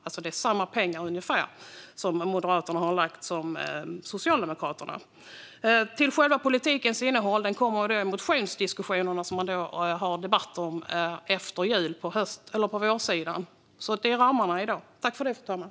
Moderaterna har alltså lagt ungefär samma pengar som Socialdemokraterna. Själva politikens innehåll kommer i motionsdiskussionerna efter jul, på vårsidan. I dag handlar det om ramarna.